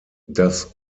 das